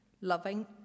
loving